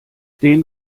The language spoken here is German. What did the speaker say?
den